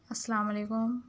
السّلام علیکم